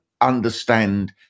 understand